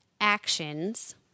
actions